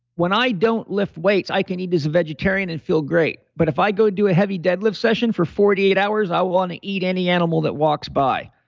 when i don't lift weights, i can eat as a vegetarian and feel great but if i go do a heavy deadlift session for forty eight hours, i want to eat any animal that walks by.